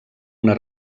una